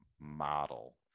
model